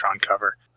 cover